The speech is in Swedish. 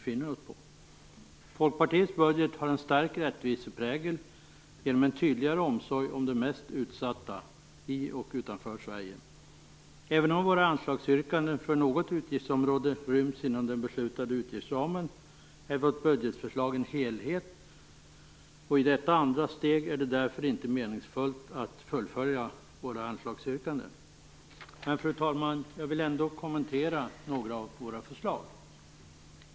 Folkpartiets budget har en stark rättviseprägel genom en tydligare omsorg om de mest utsatta i och utanför Sverige. Även om våra anslagsyrkanden för något utgiftsområde ryms inom den beslutade utgiftsramen är vårt budgetförslag en helhet. I detta andra steg är det därför inte meningsfullt att fullfölja våra anslagsyrkanden. Fru talman! Jag vill ändå kommentera några av våra förslag.